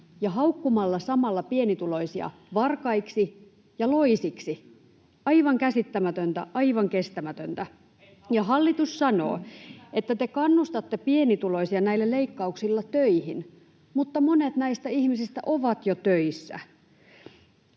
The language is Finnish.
ja haukkumalla samalla pienituloisia varkaiksi ja loisiksi — aivan käsittämätöntä, aivan kestämätöntä. [Pia Sillanpää: En haukkunut heitä!] Ja hallitus sanoo, että te kannustatte pienituloisia näillä leikkauksilla töihin, mutta monet näistä ihmisistä ovat jo töissä.